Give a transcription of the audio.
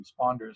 responders